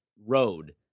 road